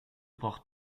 braucht